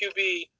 QB